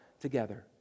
together